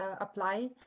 apply